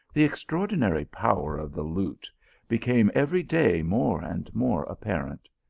the extraordinary power of the lute became every day more and more apparent.